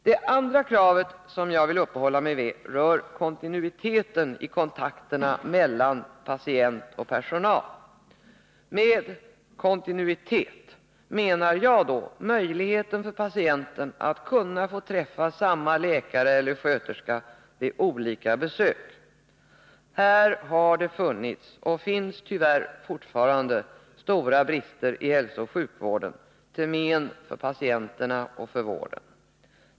Det andra krav som jag vill uppehålla mig vid rör kontinuiteten i kontakterna mellan patienten och personalen. Med kontinuitet menar jag då möjligheten för patienten att få träffa samma läkare eller sköterska vid olika besök. Här har det funnits, och finns fortfarande, stora brister i hälsooch sjukvården till men för patienterna och vården.